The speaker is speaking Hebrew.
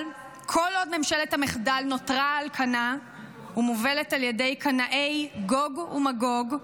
אבל כל עוד ממשלת המחדל נותרה על כנה ומובלת על ידי קנאי גוג ומגוג,